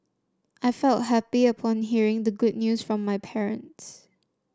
I felt happy upon hearing the good news from my parents